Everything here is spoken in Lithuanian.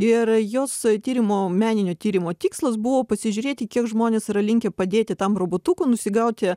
ir jos tyrimo meninio tyrimo tikslas buvo pasižiūrėti kiek žmonės yra linkę padėti tam robotukui nusigauti